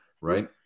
right